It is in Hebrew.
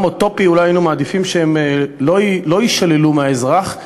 אוטופי אולי היינו מעדיפים שהן לא יישללו מהאזרח,